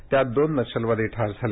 यात दोन नक्षलवादी ठार झाले